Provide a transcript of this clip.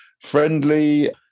friendly